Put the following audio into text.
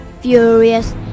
furious